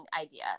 idea